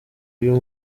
uyu